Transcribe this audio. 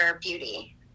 beauty